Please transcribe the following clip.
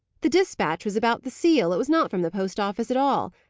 the despatch was about the seal it was not from the post-office at all.